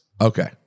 okay